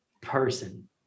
person